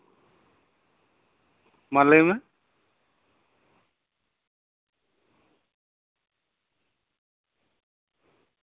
ᱢᱟ ᱞᱟᱹᱭ ᱢᱮ